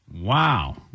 Wow